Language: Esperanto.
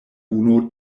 unu